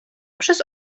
przez